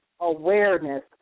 awareness